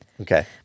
Okay